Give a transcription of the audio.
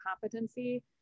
competency